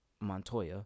Montoya